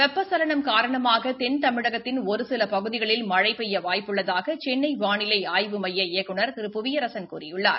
வெப்பசலனம் ஊரணமாக தென்தமிழகத்தின் ஒருசில பகுதிகளில் மழை பெய்ய வாய்ப்பு உள்ளதாக சென்ளை வானிலை ஆய்வு மையத்தின் இயக்குநர் திரு புவியரசன் கூறியுள்ளார்